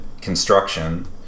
construction